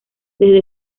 desde